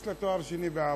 יש לה תואר שני בערבית.